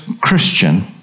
Christian